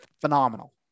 Phenomenal